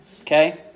Okay